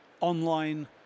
online